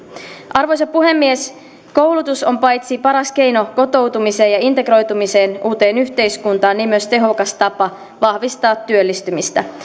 arvoisa puhemies koulutus on paitsi paras keino kotoutumiseen ja integroitumiseen uuteen yhteiskuntaan myös tehokas tapa vahvistaa työllistymistä